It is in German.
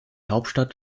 hauptstadt